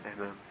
Amen